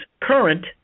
current